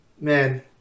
Man